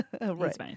Right